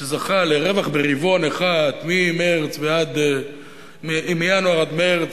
שזכה לרווח ברבעון אחד, מינואר עד מרס,